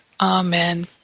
Amen